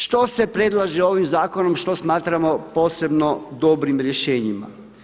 Što se predlaže ovim zakonom što smatramo posebno dobrim rješenjima?